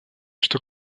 что